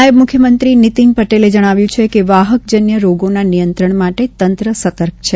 નાયબ મુખ્યમંત્રી નીતીન પટેલે જણાવ્યું છે કે વાહકજન્ય રોગોના નિયંત્રણ માટે તંત્ર સતર્ક છે